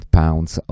pounds